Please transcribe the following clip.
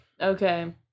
Okay